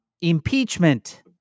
Impeachment